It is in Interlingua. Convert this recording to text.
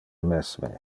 mesme